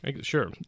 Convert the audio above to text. Sure